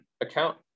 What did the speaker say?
account